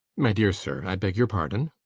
my dear sir, i beg your pardon.